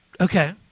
Okay